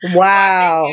wow